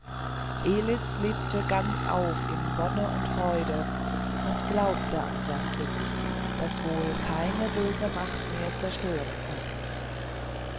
elis lebte ganz auf in wonne und freude und glaubte an sein glück das wohl keine böse macht mehr verstören könne